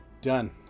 Done